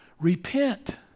Repent